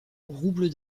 roubles